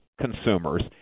consumers